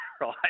right